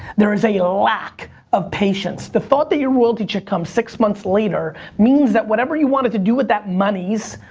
there is a lack of patience. the thought that your royalty check comes six months later, means that whatever you wanted to do with that monies,